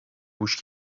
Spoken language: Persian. گوش